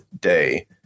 day